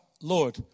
Lord